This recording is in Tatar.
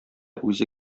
үзе